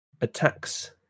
attacks